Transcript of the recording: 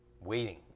waiting